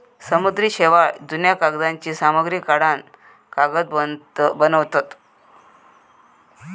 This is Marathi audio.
समुद्री शेवाळ, जुन्या कागदांची सामग्री काढान कागद बनवतत